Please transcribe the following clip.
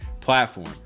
platform